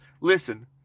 Listen